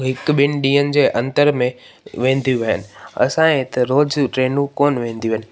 हिकु ॿिन ॾींहंनि जे अंतर में वेंदियूं आहिनि असांजे हिते रोज़ु ट्रेनूं कोन वेंदियूं आहिनि